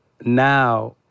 now